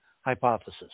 hypothesis